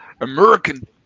American